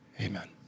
amen